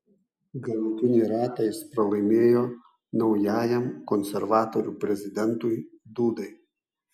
galutinį ratą jis pralaimėjo naujajam konservatorių prezidentui dudai